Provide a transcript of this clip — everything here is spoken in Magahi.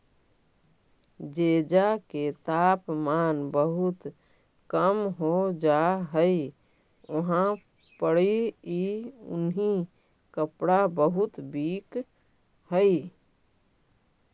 जेजा के तापमान बहुत कम हो जा हई उहाँ पड़ी ई उन्हीं कपड़ा बहुत बिक हई